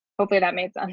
okay, that makes um